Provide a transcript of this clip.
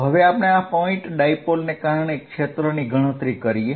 તો હવે આપણે આ પોઇન્ટ ડાયપોલને કારણે ક્ષેત્રની ગણતરી કરીએ